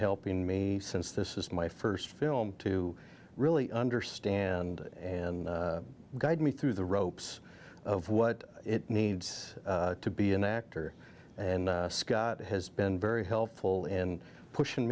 helping me since this is my first film to really understand and guide me through the ropes of what it needs to be an actor and sky has been very helpful in pushing